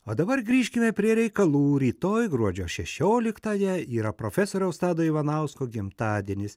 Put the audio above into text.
o dabar grįžkime prie reikalų rytoj gruodžio šešioliktąją yra profesoriaus tado ivanausko gimtadienis